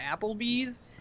Applebee's